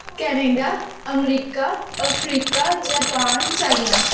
Canada America Africa Japan China